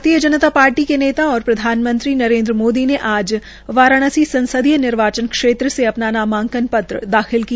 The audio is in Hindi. भारतीय जनता पार्टी के नेता और प्रधानमंत्री नरेन्द्र मोदी ने आज वाराणसी संसदीय निर्वाचन क्षेत्र से अपना नामांकन पत्र दाखिल किया